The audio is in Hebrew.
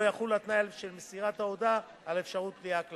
לא יחול התנאי של מסירת הודעה על אפשרות התביעה כלפיו.